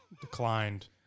declined